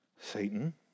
Satan